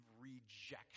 rejection